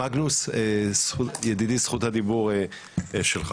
מגנוס ידידי, זכות הדיבור שלך.